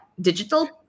Digital